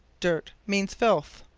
dirt means filth.